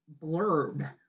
blurb